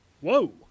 Whoa